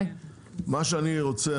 מה שאני רוצה,